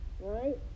right